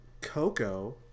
Coco